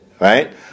Right